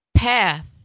Path